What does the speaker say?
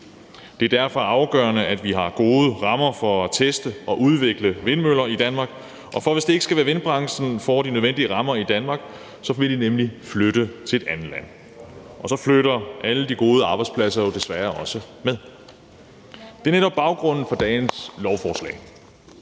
Det er derfor afgørende, at vi har gode rammer for at teste og udvikle vindmøller i Danmark, for hvis ikke vindbranchen får de nødvendige rammer i Danmark, så vil de nemlig flytte til et andet land, og så flytter alle de gode arbejdspladser jo desværre også med. Det er netop baggrunden for dagens lovforslag.